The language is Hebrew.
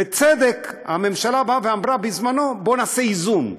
בצדק הממשלה באה ואמרה בזמנו: בואו נעשה איזון.